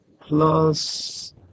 plus